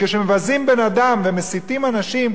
כשמבזים בן-אדם ומסיתים אנשים,